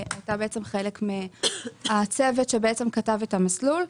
והייתה חלק מהצוות שכתב את המסלול.